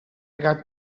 got